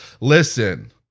listen